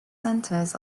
centers